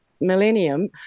millennium